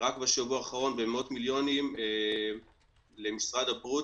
רק בשבוע האחרון במאות מיליונים למשרד הבריאות